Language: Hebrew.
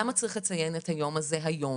או "למה צריך לציין את היום הזה היום?"